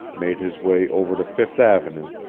made his way over to fifth avenue,